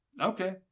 Okay